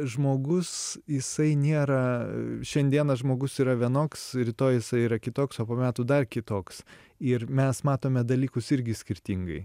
žmogus jisai nėra šiandieną žmogus yra vienoks rytoj jisai yra kitoks o po metų dar kitoks ir mes matome dalykus irgi skirtingai